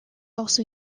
also